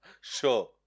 Sure